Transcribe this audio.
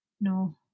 no